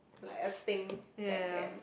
like a thing back then